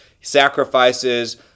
Sacrifices